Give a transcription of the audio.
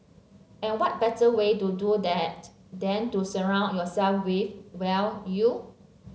and what better way to do that than to surround yourself with well you